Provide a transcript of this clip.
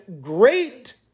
great